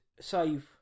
save